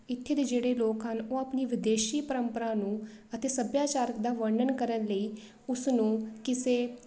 ਇੱਥੇ ਦੇ ਜਿਹੜੇ ਲੋਕ ਹਨ ਉਹ ਆਪਣੀ ਵਿਦੇਸ਼ੀ ਪਰੰਪਰਾ ਨੂੰ ਅਤੇ ਸੱਭਿਆਚਾਰਕ ਦਾ ਵਰਣਨ ਕਰਨ ਲਈ ਉਸਨੂੰ ਕਿਸੇ